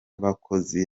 bakozi